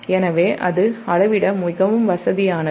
எனவே அது அளவிட மிகவும் வசதியானது